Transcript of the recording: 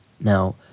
Now